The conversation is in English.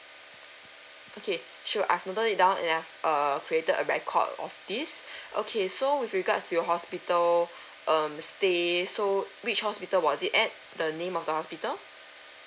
okay sure I've noted it down and I've err created a record of this okay so with regards to your hospital um stay so which hospital was it at the name of the hospital